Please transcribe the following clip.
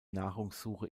nahrungssuche